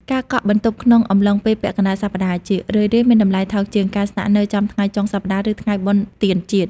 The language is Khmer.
ការកក់បន្ទប់ក្នុងអំឡុងពេលពាក់កណ្តាលសប្តាហ៍ ជារឿយៗមានតម្លៃថោកជាងការស្នាក់នៅចំថ្ងៃចុងសប្តាហ៍ ឬថ្ងៃបុណ្យទានជាតិ។